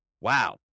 wow